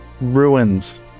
ruins